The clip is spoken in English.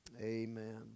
amen